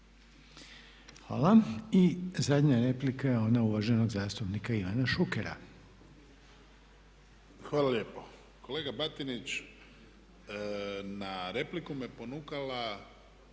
Hvala. I zadnja replika je ona uvaženog zastupnika Ivana Šukera. **Šuker, Ivan (HDZ)** Hvala lijepo. Kolega Batinić, na repliku me ponukala